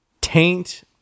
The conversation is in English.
Taint